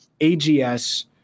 AGS